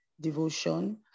devotion